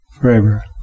Forever